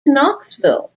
knoxville